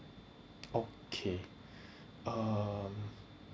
okay um